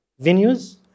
venues